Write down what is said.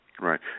right